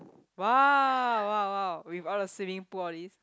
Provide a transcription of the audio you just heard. !wow! !wow! !wow! with all the swimming pool all this